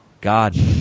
god